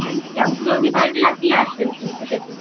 হ্যাঁ যত জলদি পারবেন আপনি আসবেন কিন্তু সেদিনকে